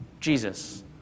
Jesus